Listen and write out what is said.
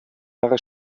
jahre